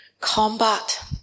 combat